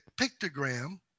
pictogram